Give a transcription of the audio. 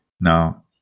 now